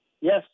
Yes